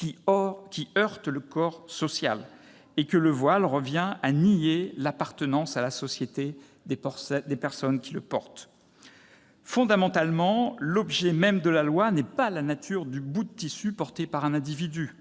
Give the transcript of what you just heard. qui heurte le corps social » et que le voile revient « à nier l'appartenance à la société des personnes » qui le portent. Fondamentalement, l'objet même de la loi est non pas la nature du bout de tissu porté par un individu,